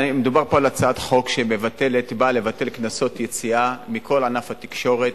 מדובר פה בהצעת חוק שבאה לבטל קנסות יציאה בכל ענף התקשורת.